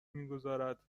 میگذارد